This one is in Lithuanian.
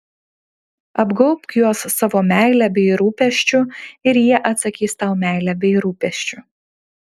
apgaubk juos savo meile bei rūpesčiu ir jie atsakys tau meile bei rūpesčiu